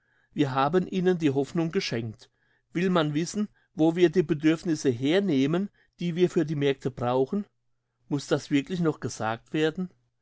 wir haben ihnen die hoffnung geschenkt will man wissen wo wir die bedürfnisse hernehmen die wir für die märkte brauchen muss das wirklich noch gesagt werden